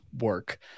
work